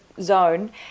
zone